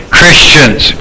Christians